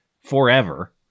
forever